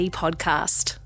podcast